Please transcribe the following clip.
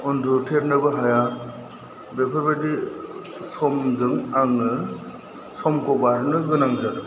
उन्दुथेरनोबो हाया बेफोरबादि समजों आङो समखौ बारहोनो गोनां जादों